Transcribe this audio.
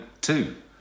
two